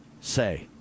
say